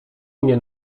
mnie